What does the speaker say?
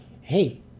hey